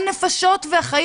הנפשות והחיים.